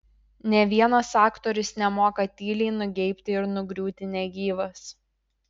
nė vienas aktorius nemoka tyliai nugeibti ir nugriūti negyvas